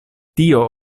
tio